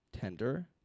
Tender